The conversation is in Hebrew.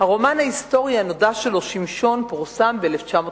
הרומן ההיסטורי הנודע שלו, "שמשון", פורסם ב-1927.